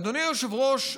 אדוני היושב-ראש,